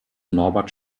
norbert